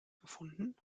gefunden